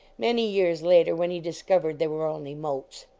many years later, when he discovered they were only motes.